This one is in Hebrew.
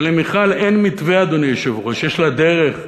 ולמיכל אין מתווה, אדוני היושב-ראש, יש לה דרך,